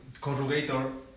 corrugator